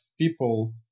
people